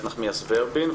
איילת נחמיאס ורבין.